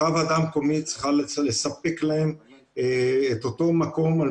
אותה ועדה מקומית צריכה לספק להם את אותו מקום על